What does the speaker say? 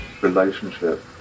relationship